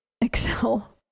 Excel